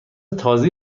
تازه